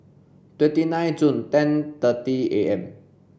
twenty nine June ten thirty A M